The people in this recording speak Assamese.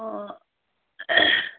অঁ